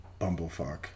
Bumblefuck